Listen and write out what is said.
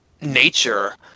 nature